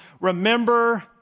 Remember